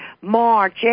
March